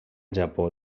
japó